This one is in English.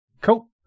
Cool